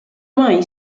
mai